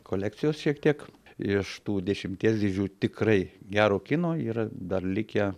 kolekcijos šiek tiek iš tų dešimties dėžių tikrai gero kino yra dar likę